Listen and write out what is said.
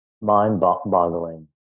mind-boggling